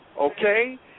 Okay